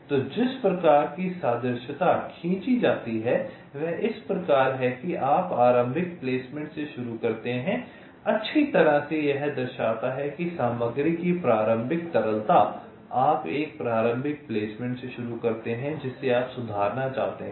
तो जिस प्रकार की सादृश्यता खींची जाती है वह इस प्रकार है कि आप आरंभिक प्लेसमेंट से शुरू करते हैं अच्छी तरह से यह दर्शाता है कि सामग्री की प्रारंभिक तरलता आप एक प्रारंभिक प्लेसमेंट से शुरू करते हैं जिसे आप सुधारना चाहते हैं